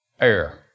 air